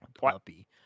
puppy